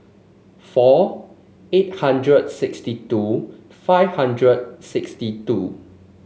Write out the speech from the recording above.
four eight hundred and sixty two five hundred sixty two